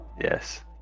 yes